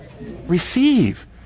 receive